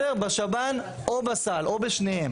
בשב"ן או בסל או בשניהם,